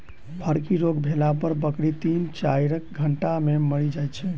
फड़की रोग भेला पर बकरी तीन चाइर घंटा मे मरि जाइत छै